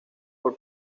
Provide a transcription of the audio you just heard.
por